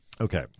Okay